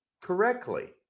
correctly